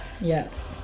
Yes